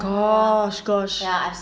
gosh gosh